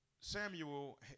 Samuel